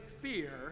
fear